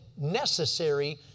necessary